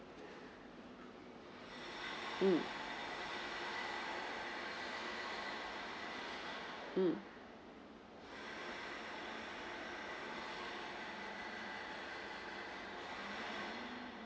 mm mm